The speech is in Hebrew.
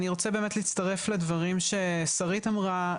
אני רוצה באמת להצטרף לדברים ששרית אמרה,